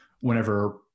whenever